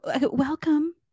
welcome